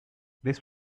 this